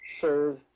serve